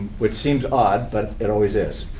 which seems odd, but it always is.